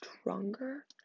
stronger